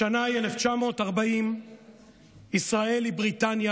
השנה היא 1940. ישראל היא בריטניה.